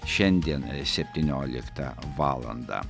šiandien septynioliktą valandą